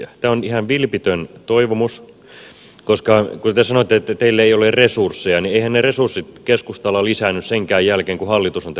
tämä on ihan vilpitön toivomus koska kun te sanoitte että teillä ei ole resursseja niin eiväthän ne resurssit keskustalla lisäänny senkään jälkeen kun hallitus on tehnyt oman esityksensä